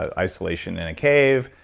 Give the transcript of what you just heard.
isolation in a cave,